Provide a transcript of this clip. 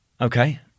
Okay